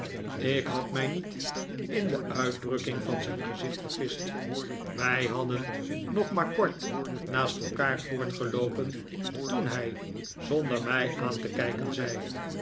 ik had mij niet in de uitdrukking van zijn gezicht vergist wij hadden nog maar kort naast elkaar voortgeloopen toen hij zonder mij aan te kijken zei